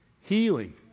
healing